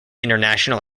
international